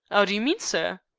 ow do you mean, sir?